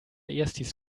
erstis